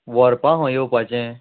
व्हरपा खंय येवपाचें